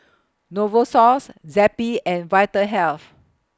Novosource Zappy and Vitahealth